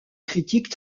critiques